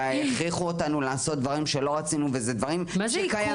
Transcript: והכריחו אותנו לעשות דברים שלא רצינו ואלה דברים שקיימים.